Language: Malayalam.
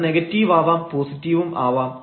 അത് നെഗറ്റീവാവാം പോസിറ്റീവും ആവാം